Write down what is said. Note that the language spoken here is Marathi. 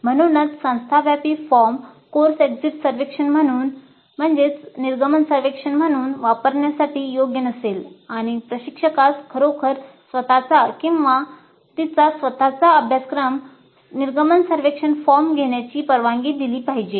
म्हणूनचसंस्था व्यापी फॉर्म कोर्स निर्गमन सर्वेक्षण म्हणून वापरण्यासाठी योग्य नसेल आणि प्रशिक्षकास खरोखरच स्वत चा किंवा तिचा स्वत चा अभ्यासक्रम निर्गमन सर्वेक्षण फॉर्म घेण्याची परवानगी दिली पाहिजे